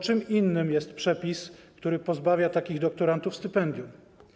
Czym innym jest przepis, który pozbawia doktorantów stypendium.